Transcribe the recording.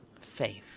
faith